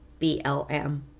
BLM